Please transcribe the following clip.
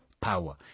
power